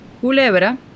Culebra